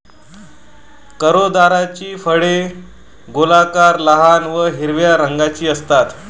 करोंदाची फळे गोलाकार, लहान व हिरव्या रंगाची असतात